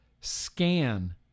scan